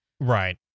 right